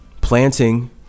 planting